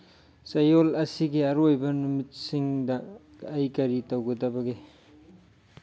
ꯆꯌꯣꯜ ꯑꯁꯤꯒꯤ ꯑꯔꯣꯏꯕ ꯅꯨꯃꯤꯠꯁꯤꯡꯗ ꯑꯩ ꯀꯔꯤ ꯇꯧꯒꯗꯕꯒꯦ